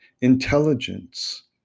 Intelligence